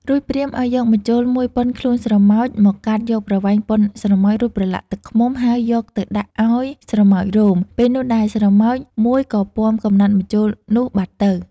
រួចព្រាហ្មណ៍ឲ្យយកម្ជុល មួយប៉ុនខ្លួនស្រមោច មកកាត់យកប្រវែងប៉ុនស្រមោច រួចប្រឡាក់ទឹកឃ្មុំ ហើយយកទៅដាក់ឲ្យស្រមោចរោម ពេលនោះដែរ ស្រមោចមួយក៏ពាំកំណាត់ម្ជុលនោះបាត់ទៅ។